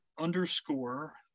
underscore